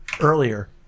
earlier